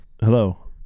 Hello